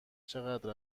چقدر